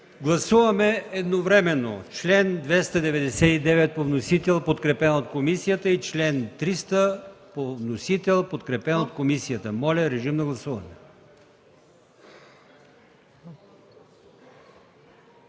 Гласуваме едновременно чл. 299 – по вносител, подкрепен от комисията, и чл. 300 – по вносител, подкрепен от комисията. Моля, гласувайте.